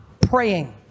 praying